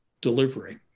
delivery